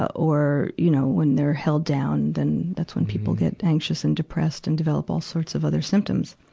or, you know, when they're held down, then that's when people get anxious and depressed and develop all sorts of other symptoms.